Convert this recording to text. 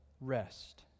rest